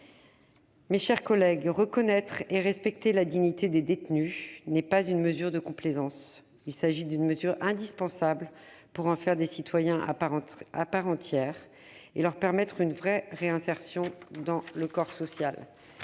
Mes chers collègues, reconnaître et respecter la dignité des détenus n'est pas une mesure de complaisance. Il s'agit d'une mesure indispensable pour faire de ces derniers des citoyens à part entière et leur permettre une vraie réinsertion dans le corps social.